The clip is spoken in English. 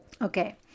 okay